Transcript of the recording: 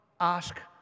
ask